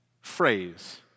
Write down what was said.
phrase